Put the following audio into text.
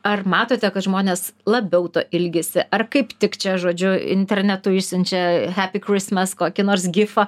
ar matote kad žmonės labiau to ilgisi ar kaip tik čia žodžiu internetu išsiunčia hepi krismas kokį nors gifą